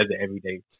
everyday